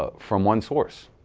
ah from one source.